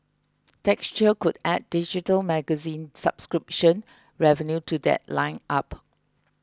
texture could add digital magazine subscription revenue to that lineup